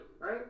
right